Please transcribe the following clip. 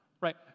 Right